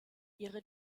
ihre